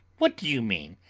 what do you mean?